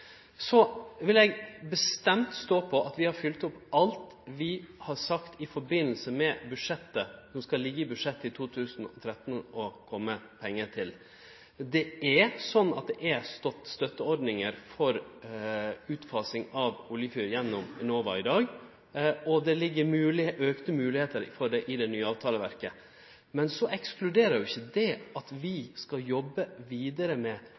Så vil eg bestemt stå på at vi har følgt opp alt vi har sagt i samband med det som skal liggje i budsjettet for 2013 – kva det skal kome pengar til. Det er støtteordningar for utfasing av oljefyr gjennom Enova i dag, og det ligg auka moglegheiter for det i det nye avtaleverket. Men det ekskluderer jo ikkje at vi skal jobbe vidare med